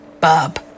Bob